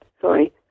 sorry